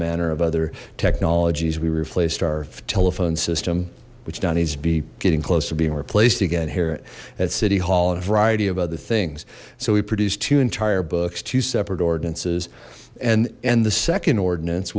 manner of other technologies we replaced our telephone system which now needs to be getting close to being replaced again here at city hall and variety of other things so we produced two entire books two separate ordinances and and the second ordinance